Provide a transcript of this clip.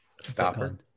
stopper